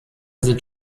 sind